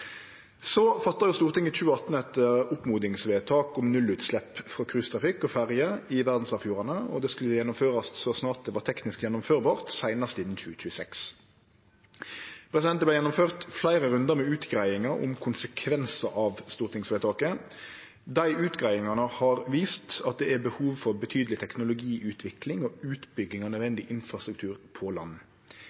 Så fatta Stortinget i 2018 eit oppmodingsvedtak om nullutslepp frå cruisetrafikk og ferjer i verdsarvfjordane, og det skulle gjennomførast så snart det var teknisk mogleg å gjennomføre, seinast innan 2026. Det vart gjennomført fleire rundar med utgreiingar om konsekvensar av stortingsvedtaket. Dei utgreiingane har vist at det er behov for betydeleg teknologiutvikling og utbygging av nødvendig infrastruktur på land.